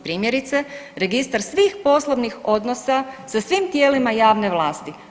Primjerice, registar svih poslovnih odnosa sa svim tijelima javne vlasti.